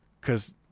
Cause